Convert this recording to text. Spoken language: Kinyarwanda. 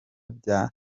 bya